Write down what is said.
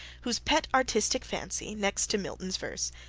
whose pet artistic fancy, next to milton's verse,